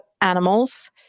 animals